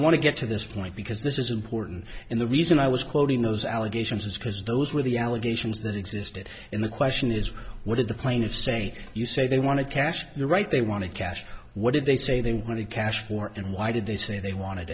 want to get to this point because this is important and the reason i was quoting those allegations is because those were the allegations that existed and the question is what did the plaintiffs say you say they want to cash the right they want to cash what did they say they were going to cash for and why did they say they wanted